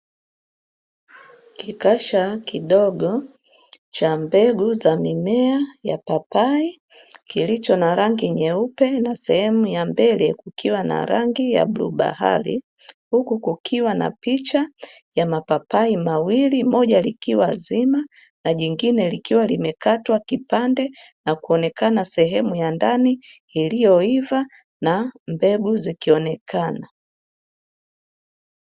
Kikasha kidogo cha mbegu za mimea ya papai kilicho na rangi nyeupe na sehemu ya mbele kukiwa na rangi ya bluu bahari huku, kukiwa na picha ya mapapai mawili moja likiwa zima na jingine likiwa limekatwa kipande na kuonekana sehemu ya ndani iliyoiva na mbegu zikionekana.